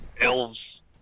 Elves